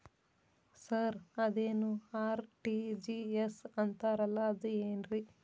Sir ಅದೇನು RTGS ಅಂತಾರಲಾ ಅದು ಏನ್ರಿ?